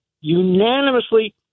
unanimously